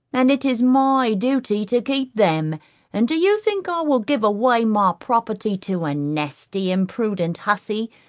and it is my duty to keep them and do you think i will give away my property to a nasty, impudent hussey,